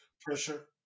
pressure